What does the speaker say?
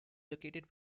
located